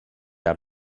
out